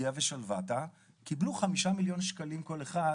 גהה ושלוותה קיבלו חמישה מיליון שקלים כל אחד